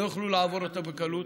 לא יוכלו לעבור אותה בקלות.